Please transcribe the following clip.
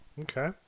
Okay